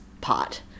pot